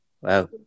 Wow